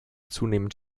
zunehmend